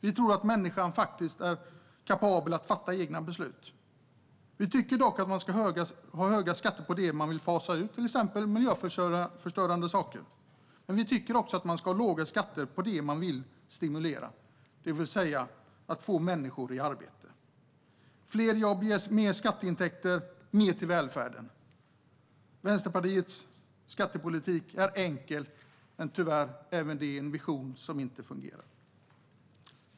Vi tror att människan är kapabel att fatta egna beslut. Vi tycker dock att man ska ha höga skatter på det man vill fasa ut, till exempel miljöförstörande saker. Men vi tycker också att man ska ha låga skatter på det man vill stimulera, det vill säga att få människor i arbete. Fler jobb ger mer skatteintäkter, mer till välfärden. Vänsterpartiets skattepolitik är enkel, men tyvärr är även den en vision som inte fungerar.